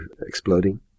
exploding